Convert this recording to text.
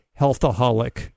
healthaholic